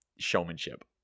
showmanship